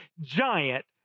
giant